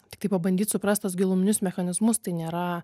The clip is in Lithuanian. tiktai pabandyt suprast tuos giluminius mechanizmus tai nėra